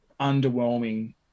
underwhelming